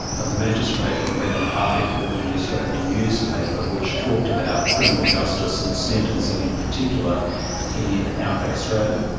the magistrate had read an article in the australian newspaper which talked about criminal justice and sentencing in particular in outback australia.